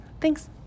Thanks